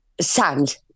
sand